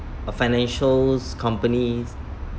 uh financials companies